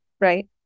Right